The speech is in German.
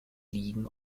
ligen